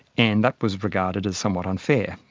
and that was regarded as somewhat unfair,